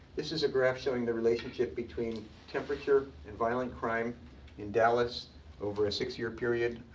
this is a graph showing the relationship between temperature and violent crime in dallas over a six year period,